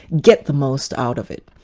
get the most out of it.